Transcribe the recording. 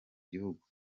gihugu